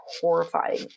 horrifying